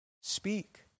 speak